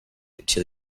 until